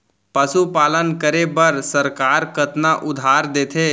पशुपालन करे बर सरकार कतना उधार देथे?